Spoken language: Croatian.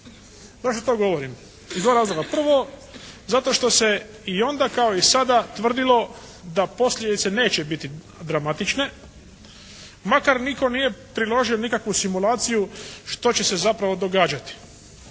Zašto to govorim? Iz dva razloga. Prvo zato što se i onda kao i sada tvrdilo da posljedice neće biti dramatične makar nitko nije priložio nikakvu simulaciju što će se zapravo događati.